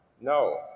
No